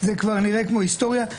זה כבר נראה כמו היסטוריה.